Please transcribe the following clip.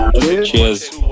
Cheers